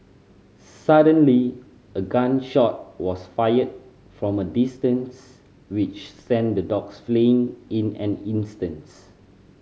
suddenly a gun shot was fired from a distance which sent the dogs fleeing in an instants